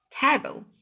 table